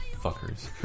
fuckers